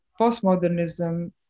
postmodernism